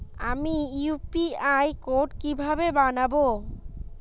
আমি UPI code কিভাবে বানাব?